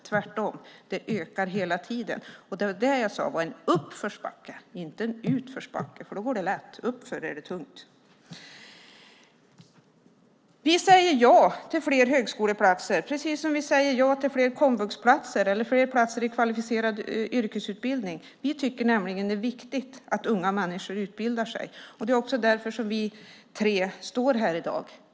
Tvärtom ökar det hela tiden. Det var det jag sade var en uppförsbacke, inte en utförsbacke. Då går det lätt. Uppför är det tungt. Vi säger ja till fler högskoleplatser, precis som vi säger ja till fler komvuxplatser eller fler platser i kvalificerad yrkesutbildning. Vi tycker att det är viktigt att unga människor utbildar sig. Det är också därför som vi tre står här i dag.